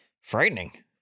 frightening